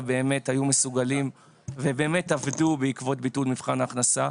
באמת היו מסוגלים ובאמת עבדו בעקבות ביטול מבחן ההכנסה,